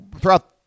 throughout